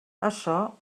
açò